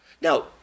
Now